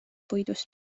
puidust